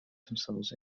themselves